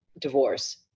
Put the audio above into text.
divorce